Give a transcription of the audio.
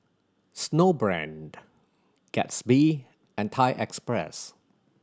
Snowbrand Gatsby and Thai Express